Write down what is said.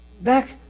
Back